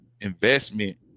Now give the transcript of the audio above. investment